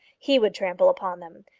he would trample upon them.